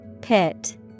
Pit